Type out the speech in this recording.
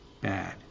bad